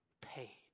paid